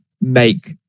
make